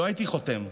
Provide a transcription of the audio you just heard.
לא הייתי חותם.